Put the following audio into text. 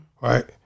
right